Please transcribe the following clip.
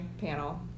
panel